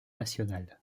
national